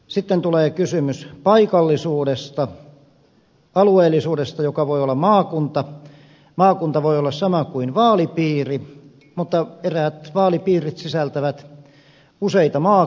sitten tulee kysymys paikallisuudesta alueellisuudesta joka voi olla maakunta maakunta voi olla sama kuin vaalipiiri mutta eräät vaalipiirit sisältävät useita maakuntia